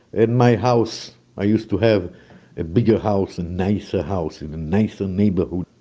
and my house i used to have a bigger house, a nicer house in a nicer neighborhood.